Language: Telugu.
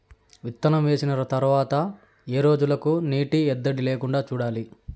విత్తనం వేసిన తర్వాత ఏ రోజులకు నీటి ఎద్దడి లేకుండా చూడాలి?